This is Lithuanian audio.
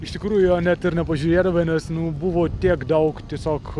iš tikrųjų jo net ir nepažiūrėdavai nes nu buvo tiek daug tiesiog